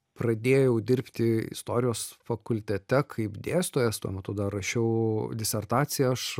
pradėjau dirbti istorijos fakultete kaip dėstytojas tuo metu dar rašiau disertaciją aš